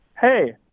Hey